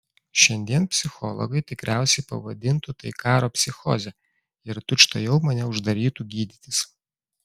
šiandien psichologai tikriausiai pavadintų tai karo psichoze ir tučtuojau mane uždarytų gydytis